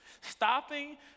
stopping